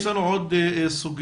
יש לנו עוד סוגיות,